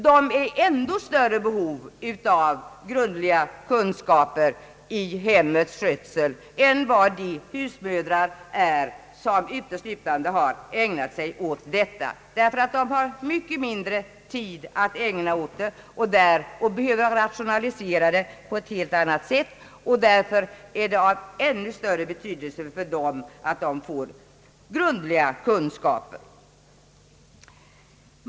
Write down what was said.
Alla är alltså i ändå större behov av grundliga kunskaper om hemmets skötsel än vad de husmödrar är, som uteslutande ägnat sig åt detta, ty de dubbelarbetande har mycket mindre tid och behöver rationalisera sitt arbete på ett helt annat sätt.